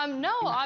um no, um